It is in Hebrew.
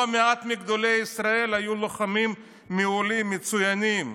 לא מעט מגדולי ישראל היו לוחמים מעולים, מצוינים.